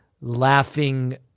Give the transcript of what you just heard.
laughing